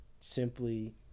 simply